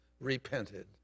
repented